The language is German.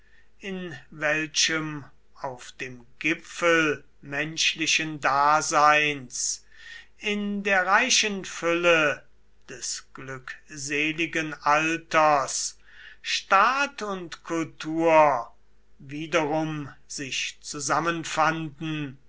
in welchem auf dem gipfel menschlichen daseins in der reichen fülle des glückseligen alters staat und kultur wiederum sich zusammenfanden